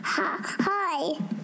Hi